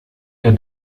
der